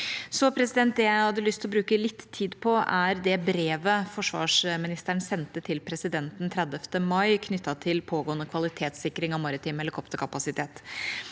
budsjettet. Det jeg hadde lyst til å bruke litt tid på, er det brevet forsvarsministeren sendte til presidenten den 30. mai knyttet til pågående kvalitetssikring av maritim helikopterkapasitet.